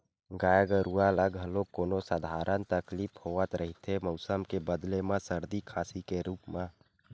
गाय गरूवा ल घलोक कोनो सधारन तकलीफ होवत रहिथे मउसम के बदले म सरदी, खांसी के रुप म